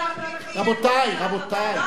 לא המפלגות, העם.